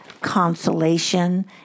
consolation